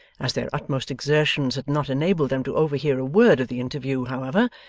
as their utmost exertions had not enabled them to overhear a word of the interview, however,